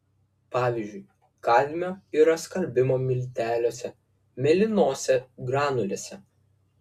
pavyzdžiui kadmio yra skalbimo milteliuose mėlynose granulėse